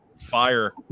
fire